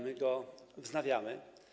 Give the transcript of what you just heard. My go wznawiamy.